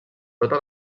tota